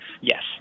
Yes